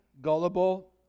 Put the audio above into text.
gullible